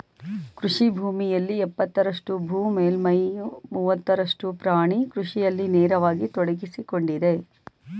ಕೃಷಿ ಭೂಮಿಯಲ್ಲಿ ಎಪ್ಪತ್ತರಷ್ಟು ಭೂ ಮೇಲ್ಮೈಯ ಮೂವತ್ತರಷ್ಟು ಪ್ರಾಣಿ ಕೃಷಿಯಲ್ಲಿ ನೇರವಾಗಿ ತೊಡಗ್ಸಿಕೊಂಡಿದೆ